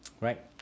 Right